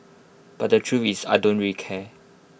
but the truth is I don't really care